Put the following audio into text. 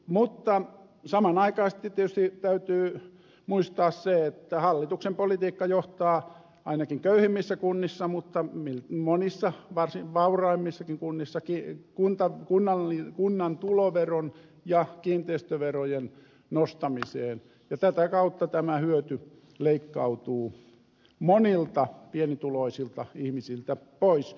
mutta samanaikaisesti tietysti täytyy muistaa se että hallituksen politiikka johtaa ainakin köyhimmissä kunnissa mutta monissa varsin vauraissakin kunnissa kunnan tuloveron ja kiinteistöverojen nostamiseen ja tätä kautta tämä hyöty leikkautuu monilta pienituloisilta ihmisiltä pois